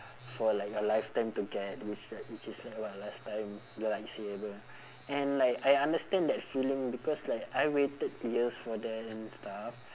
for like a lifetime to get which like which is like what last time the lightsaber and like I understand that feeling because like I waited years for that and stuff